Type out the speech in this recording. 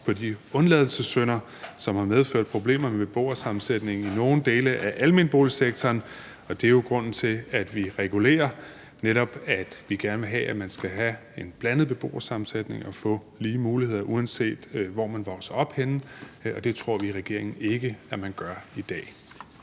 på de undladelsessynder, som har medført problemer med beboersammensætningen i nogle dele af almenboligsektoren, og det er jo grunden til, at vi regulerer, nemlig at vi netop gerne vil have, at man skal have en blandet beboersammensætning, og at der skal være lige muligheder, uanset hvor man vokser op, og det tror vi i regeringen ikke at der